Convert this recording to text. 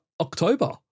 October